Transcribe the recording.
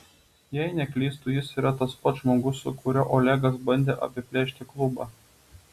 jei neklystu jis yra tas pats žmogus su kuriuo olegas bandė apiplėšti klubą